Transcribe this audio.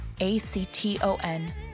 A-C-T-O-N